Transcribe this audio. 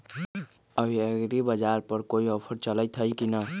अभी एग्रीबाजार पर कोई ऑफर चलतई हई की न?